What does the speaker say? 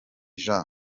jean